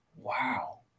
Wow